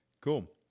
Cool